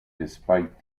despite